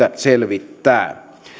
selvittää